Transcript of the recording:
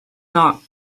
not